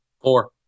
Four